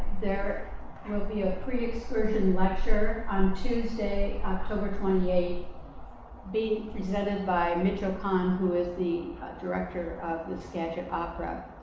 there will be a pre-excursion lecture on tuesday, october twenty eight being presented by mitchell kahn, who is the director of the skagit opera